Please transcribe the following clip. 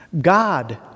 God